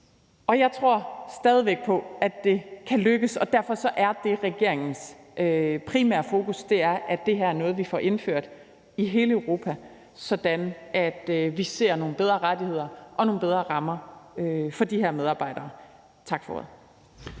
Jeg tror stadig væk på, at det kan lykkes, og derfor er det regeringens primære fokus, at det her er noget, vi får indført i hele Europa, sådan at vi får styrkede rettigheder og bedre rammer for de her medarbejdere. Tak for ordet.